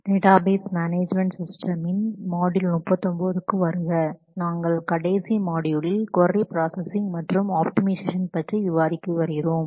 database management system module 39 க்கு வரவேற்கிறேன் நாங்கள் கடைசி மாட்யூலில் கொரி பிராஸஸிங் மற்றும் ஆப்டிமைசேஷன் பற்றி விவாதித்து வருகிறோம்